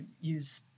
use